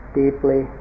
deeply